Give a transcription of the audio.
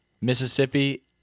Mississippi